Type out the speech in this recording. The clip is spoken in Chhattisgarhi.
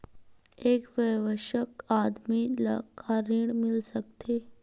एक वयस्क आदमी ला का ऋण मिल सकथे?